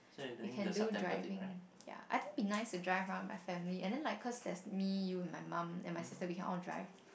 we can do driving ya I think it would be nice to drive around with my family and then like there's me you and my mum and my sister we can all drive